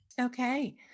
Okay